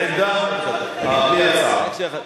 בלי הצעה.